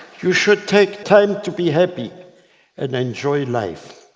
you should take time to be happy and enjoy life.